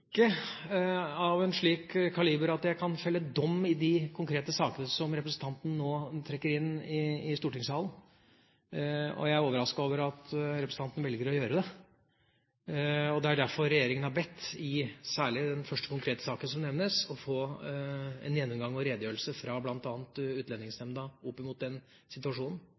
av en slik kaliber at jeg kan felle dom i de konkrete sakene som representanten Skei Grande nå trekker inn i stortingssalen. Jeg er overrasket over at representanten velger å gjøre det. Regjeringa har, særlig i den første konkrete saken som nevnes, bedt om å få en gjennomgang og redegjørelse fra bl.a. Utlendingsnemnda om den situasjonen.